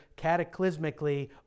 cataclysmically